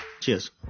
Cheers